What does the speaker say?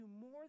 more